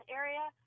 area